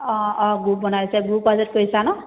অঁ অঁ গ্ৰুপ বনাইছে গ্ৰুপ প্ৰজেক্ট কৰিছা ন